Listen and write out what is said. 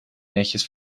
netjes